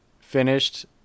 finished